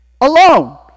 alone